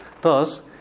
Thus